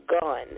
gun